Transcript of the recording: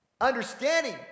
Understanding